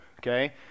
okay